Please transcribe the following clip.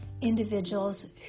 individuals